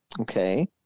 Okay